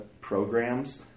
programs